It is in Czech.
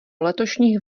letošních